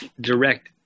direct